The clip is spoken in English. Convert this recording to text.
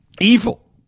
evil